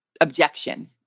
objection